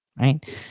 right